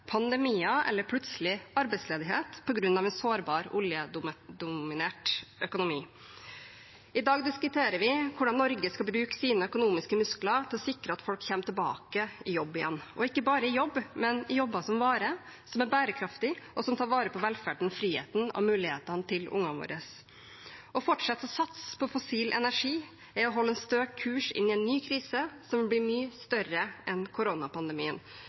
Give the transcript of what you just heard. eller plutselig arbeidsledighet på grunn av en sårbar oljedominert økonomi. I dag diskuterer vi hvordan Norge skal bruke sine økonomiske muskler for å sikre at folk kommer tilbake i jobb igjen, og ikke bare i jobb, men i jobber som varer, som er bærekraftige, og som tar vare på velferden, friheten og mulighetene til ungene våre. Å fortsette å satse på fossil energi er å holde en stø kurs inn i en ny krise som blir mye større en koronapandemien.